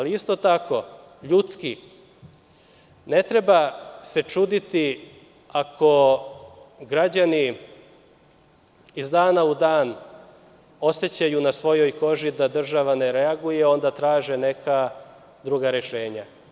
Isto tako, ljudski ne treba se čuditi ako građani iz dana u dan osećaju na svojoj koži da država ne reaguje, onda traže neka druga rešenja.